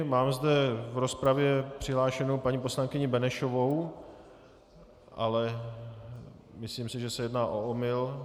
Mám zde v rozpravě přihlášenou panu poslankyni Benešovou, ale myslím si, že se jedná o omyl.